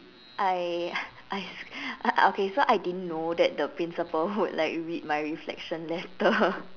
I I uh okay so I didn't know my principal would like read my reflection letter